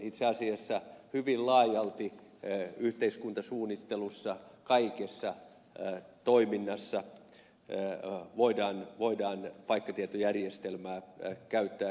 itse asiassa hyvin laajalti yhteiskuntasuunnittelussa kaikessa toiminnassa voidaan paikkatietojärjestelmää käyttää hyödyksi